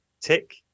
tick